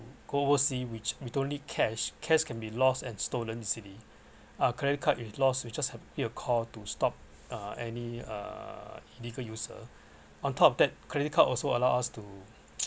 go oversea which with only cash cash can be lost and stolen in city uh credit card if lost we just have to make a call to stop uh any uh illegal user on top of that credit card also allow us to